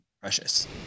precious